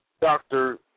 doctor